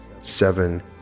seven